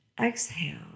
Exhale